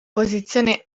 posizione